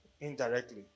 indirectly